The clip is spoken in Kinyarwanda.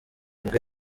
bwe